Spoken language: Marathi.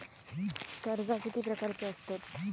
कर्जा किती प्रकारची आसतत